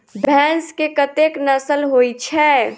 भैंस केँ कतेक नस्ल होइ छै?